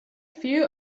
few